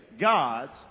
God's